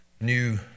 new